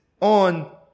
on